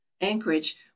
Anchorage